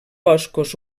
boscos